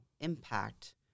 impact